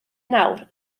nawr